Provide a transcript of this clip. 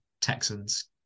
Texans